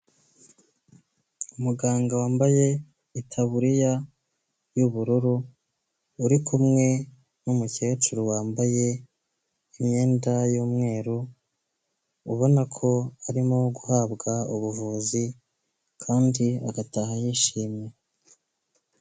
Umuganga wambaye itaburiya y'ubururu, uri kumwe n'umukecuru wambaye imyenda y'umweru, ubona ko arimo guhabwa ubuvuzi kandi agataha yishimye.